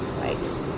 Right